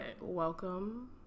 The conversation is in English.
Welcome